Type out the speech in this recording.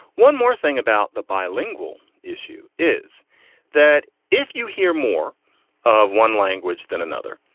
one more thing about the bilingual issue is that if you hear more of one language than another.